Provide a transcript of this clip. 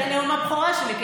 זה נאום הבכורה שלי,